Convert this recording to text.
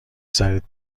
سرت